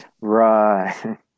Right